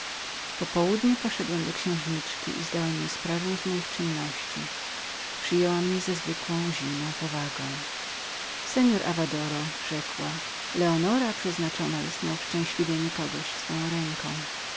południu poszedłem do księżniczki i zdałem jej sprawę z moich czynności przyjęła mnie ze zwykłą zimną powagą seor avadoro rzekła eleonora przeznaczoną jest na uszczęśliwienie kogo swoją ręką